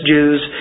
Jews